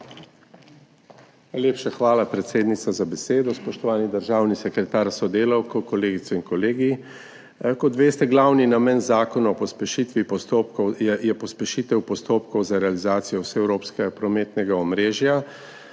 Najlepša hvala, predsednica, za besedo. Spoštovani državni sekretar s sodelavko, kolegice in kolegi! Kot veste, je glavni namen zakona pospešitev postopkov za realizacijo vseevropskega prometnega omrežja